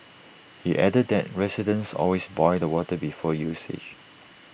he added that residents always boil the water before usage